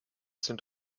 sind